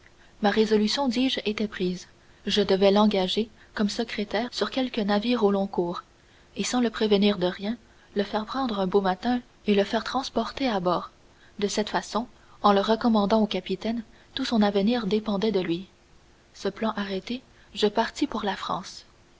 ma résolution dis-je était prise je devais l'engager comme secrétaire sur quelque navire au long cours et sans le prévenir de rien le faire prendre un beau matin et le faire transporter à bord de cette façon et en le recommandant au capitaine tout son avenir dépendait de lui ce plan arrêté je partis pour la france